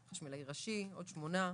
חשמלאי ראשי - עוד שמונה.